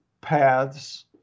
paths